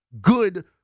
good